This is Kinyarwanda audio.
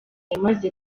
yamaze